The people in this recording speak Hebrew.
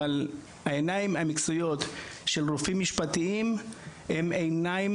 אבל העיניים המצויות של רופאים משפטיים הן עיניים